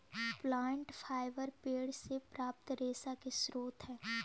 plant fibre पेड़ से प्राप्त रेशा के स्रोत हई